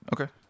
Okay